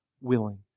willing